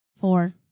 Four